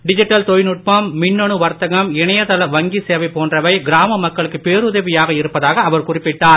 digital தொழில்நுட்பம் மின்னணு வர்த்தகம் இணையதள வங்கி சேவை போன்றவை கிராம மக்களுக்கு பேருதவியாக இருப்பதாக அவர் குறிப்பிட்டார்